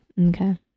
Okay